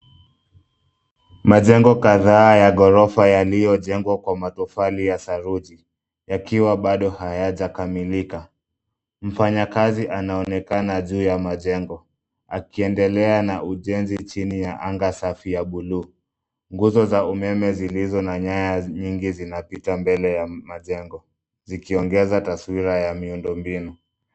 Majengo kadhaa ya ghorofa yaliyojengwa kwa matofali ya saruji, yakiwa bado hayajakamilika. Mfanyakazi anaonekana juu ya majengo, akiendelea na ujenzi chini ya anga safi ya buluu. Nguzo za umeme zilizo na nyaya mingi zinapita mbele ya majengo, zikiongeza taswira ya miundombinu.